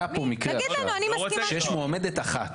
היה פה מקרה עכשיו שיש מועמדת אחת.